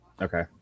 okay